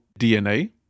DNA